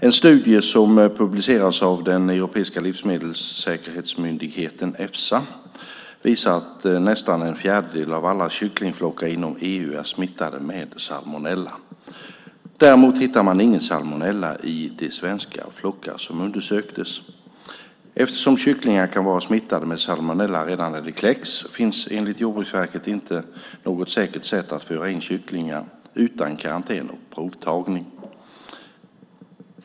En studie som publicerats av den europeiska livsmedelssäkerhetsmyndigheten, Efsa, visar att nästan en fjärdedel av alla kycklingflockar inom EU är smittade med salmonella. Däremot hittade man ingen salmonella i de svenska flockar som undersöktes. Eftersom kycklingar kan vara smittade med salmonella redan när de kläcks, finns det enligt Jordbruksverket inte något säkert sätt att föra in kycklingar utan karantän och provtagning.